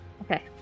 Okay